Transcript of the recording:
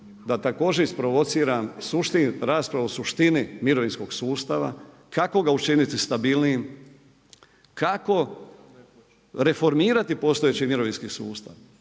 da također isprovociram raspravu u suštini mirovinskog sustava kako ga učiniti stabilnijim, kako reformirati postojeći mirovinski sustav.